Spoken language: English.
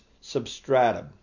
substratum